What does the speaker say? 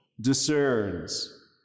discerns